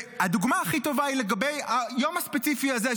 והדוגמה הכי טובה היא היום הספציפי הזה,